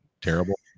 terrible